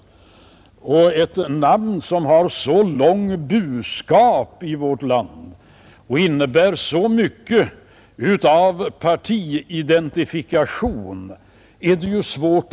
Det är svårt att släppa ett namn som har så långt burskap i vårt land och som innebär så mycket av partiidentifikation som namnet högern.